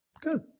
Good